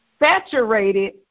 saturated